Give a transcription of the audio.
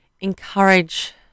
encourage